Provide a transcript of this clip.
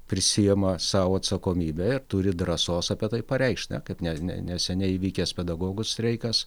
prisiima sau atsakomybę turi drąsos apie tai pareikšti kad ne ne neseniai įvykęs pedagogų streikas